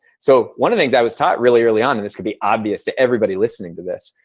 so one of the things i was taught really early on, and this could be obvious to everybody listening to this,